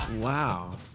Wow